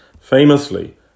Famously